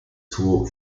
taught